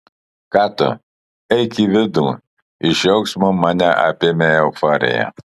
ką tu eik į vidų iš džiaugsmo mane apėmė euforija